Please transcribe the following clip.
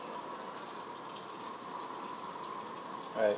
alright